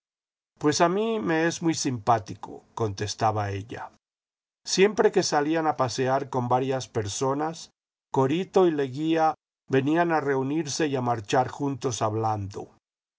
pues a mí me es muy simpático contestaba ella siempre que salían a pasear con varias personas corito y leguía venían a reunirse y a marchar juntos hablando